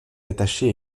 attachée